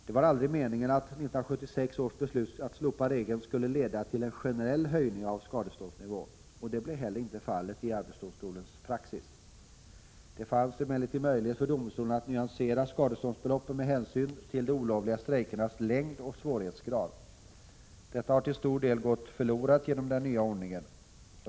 Det var aldrig meningen att 1976 års beslut att slopa regeln skulle leda till en generell höjning av skadeståndsnivån, och det blev inte heller fallet i arbetsdomstolens praxis. Det fanns emellertid möjlighet för domstolen att nyansera skadeståndsbeloppen med hänsyn till de olovliga strejkernas längd och svårighetsgrad. Detta har till stor del gått förlorat med den nya ordningen.